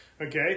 okay